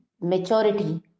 maturity